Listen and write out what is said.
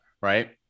Right